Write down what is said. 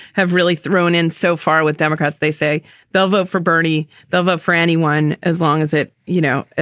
have really thrown in so far with democrats. they say they'll vote for bernie. they'll vote for anyone as long as it you know,